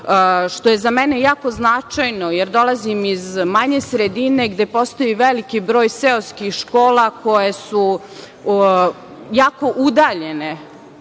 što je za mene jako značajno, jer dolazim iz manje sredine, gde postoji veliki broj seoskih škola koje su jako udaljene